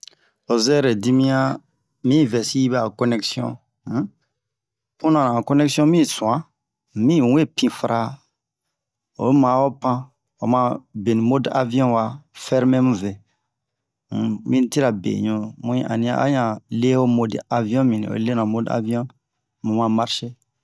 ho zɛrɛ dimiɲan mi vɛsi yi ɓɛ a connexion um puna han connexion mi su'an mu we pin fara o man a ho pan oma beni mode avion wa fermer mu ve um minitira beɲu mu yi annian a ɲan leho mode avion min oyi lena ho mode avion mu ma marcher